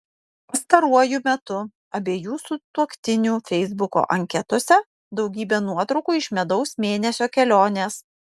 pastaruoju metu abiejų sutuoktinių feisbuko anketose daugybė nuotraukų iš medaus mėnesio kelionės